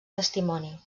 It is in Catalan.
testimoni